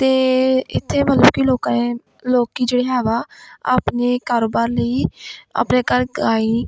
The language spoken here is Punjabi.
ਅਤੇ ਇੱਥੇ ਮਤਲਬ ਕਿ ਲੋਕਾਂ ਨੇ ਲੋਕ ਜਿਹੜੇ ਹੈ ਵਾ ਆਪਣੇ ਕਾਰੋਬਾਰ ਲਈ ਆਪਣੇ ਘਰ ਗਾਂਈ